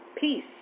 Peace